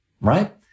right